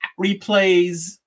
replays